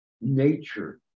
nature